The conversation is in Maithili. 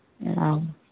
ओ